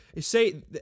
say